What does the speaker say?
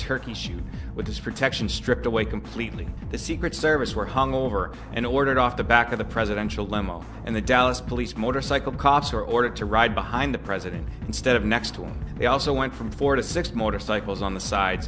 turkey shoot with his protection stripped away completely the secret service were hung over and ordered off the back of the presidential limo and the dallas police motorcycle cops were ordered to ride behind the president instead of next to him they also went from four to six motorcycles on the sides